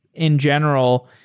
in general,